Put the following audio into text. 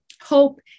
Hope